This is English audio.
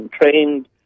trained